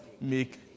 make